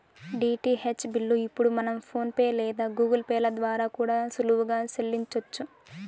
DTH bill ఇప్పుడు మనం PhonePe లేదా గూగుల్ పే ల ద్వారా కూడా సులువుగా సెల్లించొచ్చు